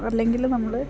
അല്ലെങ്കിൽ നമ്മൾ